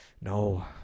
No